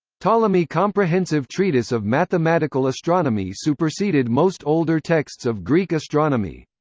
ptolemy's comprehensive treatise of mathematical astronomy superseded most older texts of greek astronomy.